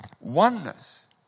oneness